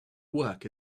work